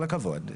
עם כל הכבוד,